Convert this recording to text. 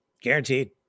guaranteed